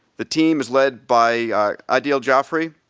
the team is led by adil jafry,